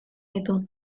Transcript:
ditu